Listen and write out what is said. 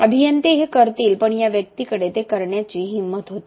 अभियंते हे करतील पण या व्यक्तीकडे ते करण्याची हिंमत होती